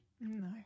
No